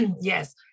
Yes